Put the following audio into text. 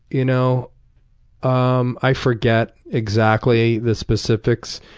you know um i forget exactly the specifics.